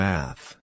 Math